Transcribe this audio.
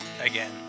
again